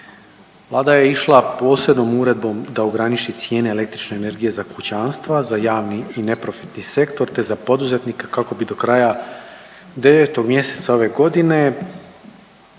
Vlada je išla posebnom uredbom da ograniči cijene električne energije za kućanstva, za javni i neprofitni sektor, te za poduzetnike kako bi do kraja 9. mjeseca ove godine